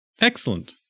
Excellent